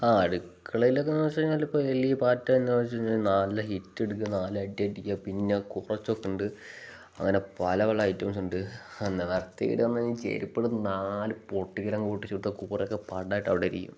ആ അടുക്കളയിൽ ഒക്കെയെന്ന് വെച്ച് കഴിഞ്ഞാൽ ഇപ്പം എലി പാറ്റ എന്ന് വെച്ച് കഴിഞ്ഞാൽ നാല് ഹിറ്റ് എടുക്കുക നാല് അടി അടിക്കുക പിന്നെ കുറച്ചൊക്കെ ഉണ്ട് അങ്ങനെ പല പല ഐറ്റംസ് ഉണ്ട് നിവർത്തികേട് വന്ന് കഴിഞ്ഞാൽ ചെരുപ്പ് എടുത്ത് നാല് പൊട്ടിക്കലങ് പൊട്ടിച്ചു കൊടുത്താൽ കുറേയൊക്കെ പാടായിട്ട് അവിടെ ഇരിക്കും